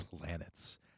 planets